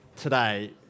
today